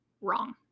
Wrong